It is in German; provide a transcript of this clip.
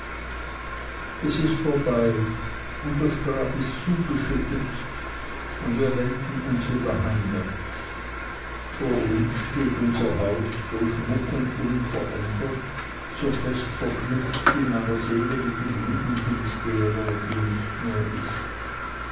es ist vorbei und das grab ist zugeschüttet und wir wenden uns wieder heimwärts vor uns steht unser haus so schmuck und unverändert so fest verknüpft in meiner seele mit dem jugendbild derer die nicht mehr ist